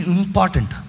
important